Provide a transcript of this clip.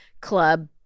club